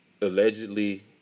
allegedly